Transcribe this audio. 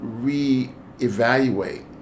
reevaluate